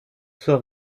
zur